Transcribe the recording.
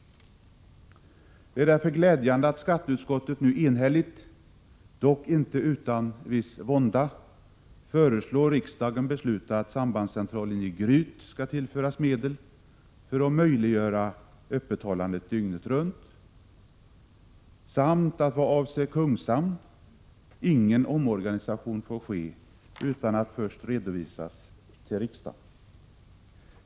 Det är därför glädjande att skatteutskottet nu enhälligt — dock inte utan viss vånda — föreslår riksdagen besluta att sambandscentralen i Gryt skall tillföras medel för att möjliggöra öppethållande dygnet runt samt att vad avser Kungshamn ingen omorganisation får ske utan att det först redovisas för riksdagen.